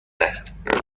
است